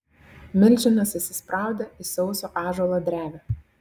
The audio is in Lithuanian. milžinas įsispraudė į sauso ąžuolo drevę